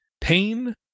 Pain